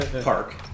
Park